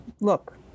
look